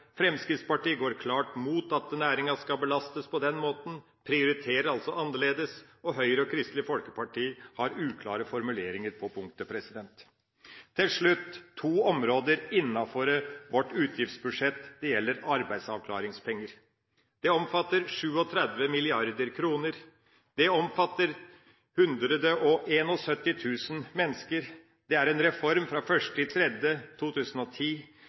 Fremskrittspartiet går klart mot at næringa skal belastes på den måten og prioriterer altså annerledes, mens Høyre og Kristelig Folkeparti har uklare formuleringer på punktet. Til slutt to områder innenfor vårt utgiftsbudsjett: Arbeidsavklaringspenger er en reform fra 1. mars 2010 som omfatter 37 mrd. kr og 171 000 mennesker. Alle som er inne i systemet har en